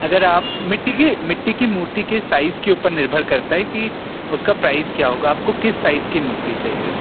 अगर आप मिट्टी की मिट्टी की मूर्ति के साइज़ के ऊपर निर्भर करता है कि उसका प्राइस क्या होगा आपको किस साइज़ की मूर्ति चाहिए